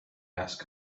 asked